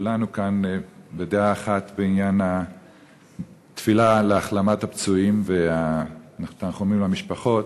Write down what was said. כולנו כאן בדעה אחת בעניין התפילה להחלמת הפצועים והתנחומים למשפחות.